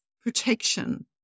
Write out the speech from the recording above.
protection